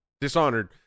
Dishonored